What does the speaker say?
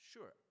Sure